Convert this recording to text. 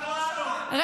את לא שמעת, טלי.